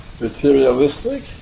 materialistic